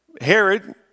Herod